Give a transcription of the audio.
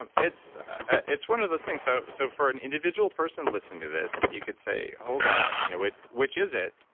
um it's ah it's one of those things. so, so for an individual person listening to this, you could say, hold on. you know which which is it?